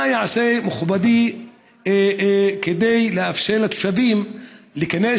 מה יעשה מכובדי כדי לאפשר לתושבים להיכנס